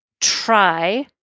try